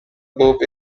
loop